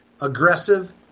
aggressive